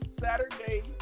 Saturday